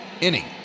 inning